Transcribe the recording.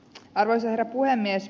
arvoisa herra puhemies